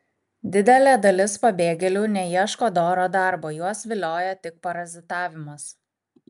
didelė dalis pabėgėlių neieško doro darbo juos vilioja tik parazitavimas